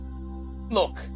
Look